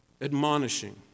admonishing